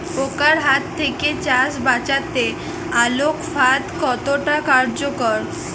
পোকার হাত থেকে চাষ বাচাতে আলোক ফাঁদ কতটা কার্যকর?